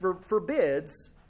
forbids